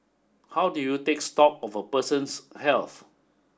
how do you take stock of a person's health